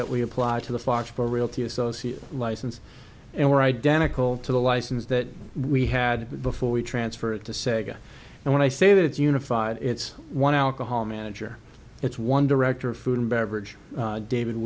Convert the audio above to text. that we apply to the far for realty associates license and were identical to the license that we had before we transfer it to sega and when i say that it's unified it's one alcohol manager it's one director of food and beverage david